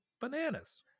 bananas